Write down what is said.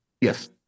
Yes